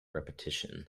repetition